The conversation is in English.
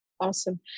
awesome